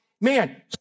Man